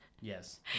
yes